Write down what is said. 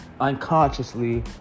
unconsciously